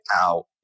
out